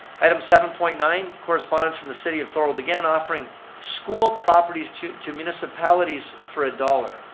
item seven point nine, correspondence from the city of thorold again offering school properties to to municipalities for a dollar.